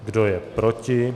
Kdo je proti?